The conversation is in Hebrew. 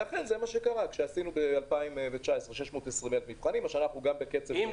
זה מה שקרה --- אם הדברים הם